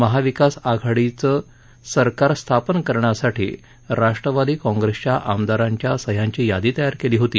महाविकास आघाडीचं सरकार स्थापन करण्यासाठी राष्ट्रवादी काँग्रेसच्या आमदारांच्या सह्यांची यादी तयार केली होती